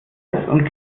und